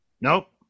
Nope